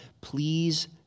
Please